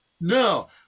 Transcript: no